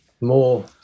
more